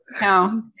No